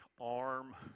arm